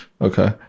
Okay